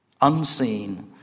unseen